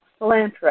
cilantro